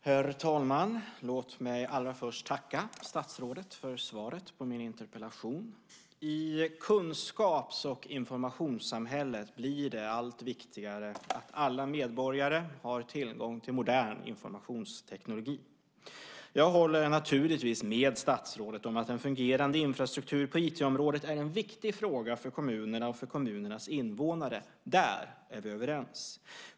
Herr talman! Låt mig allra först tacka statsrådet för svaret på min interpellation. I kunskaps och informationssamhället blir det allt viktigare att alla medborgare har tillgång till modern informationsteknik. Jag håller naturligtvis med statsrådet om att en fungerande infrastruktur på IT-området är en viktig fråga för kommunerna och kommunernas invånare. Där är vi överens.